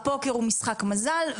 הפוקר הוא משחק מזל,